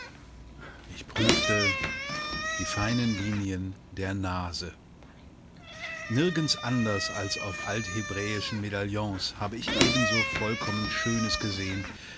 ich prüfte die feinen linien der nase nirgends anders als auf althebräischen medaillons hatte ich ebenso vollkommen schönes gesehen